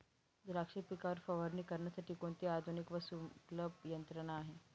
द्राक्ष पिकावर फवारणी करण्यासाठी कोणती आधुनिक व सुलभ यंत्रणा आहे?